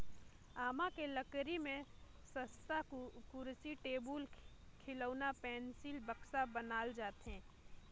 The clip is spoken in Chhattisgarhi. आमा के लकरी में सस्तहा कुरसी, टेबुल, खिलउना, पेकिंग, बक्सा बनाल जाथे